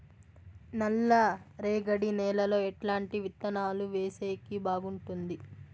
నల్లరేగడి నేలలో ఎట్లాంటి విత్తనాలు వేసేకి బాగుంటుంది?